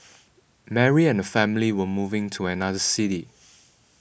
Mary and her family were moving to another city